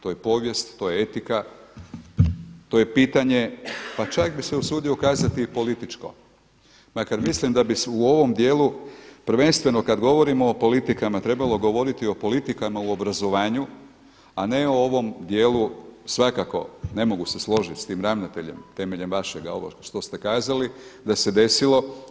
To je povijest, to je etika, to je pitanje pa čak bih se usudio kazati i političko, makar mislim da bi u ovom dijelu prvenstveno kad govorimo o politikama trebalo govoriti o politikama u obrazovanju a ne o ovom dijelu svakako ne mogu se složiti s tim ravnateljem temeljem vašega ovo što ste kazali da se desilo.